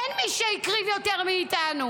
אין מי שהקריב יותר מאיתנו,